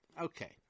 Okay